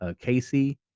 Casey